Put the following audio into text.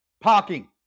Parking